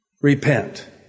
repent